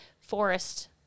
forest